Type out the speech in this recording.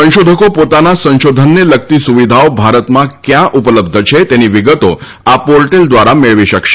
સંશોધકો પોતાના સંશોધનને લગતી સુવિધાઓ ભારતમાં ક્યા ઉપલબ્ધ છે તેની વિગતો આ પોર્ટલ દ્વારા મેળવી શકશે